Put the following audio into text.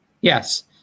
Yes